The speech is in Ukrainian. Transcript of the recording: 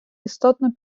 істотно